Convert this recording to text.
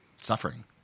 suffering